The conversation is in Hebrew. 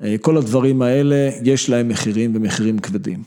כל הדברים האלה, יש להם מחירים ומחירים כבדים.